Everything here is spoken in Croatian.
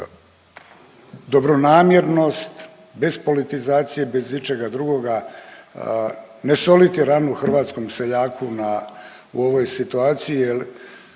dobronamjernost, bez politizacije, bez ičega drugoga, ne soliti ranu hrvatskom seljaku, na, u ovoj situaciji